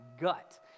gut